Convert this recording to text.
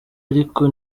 ariko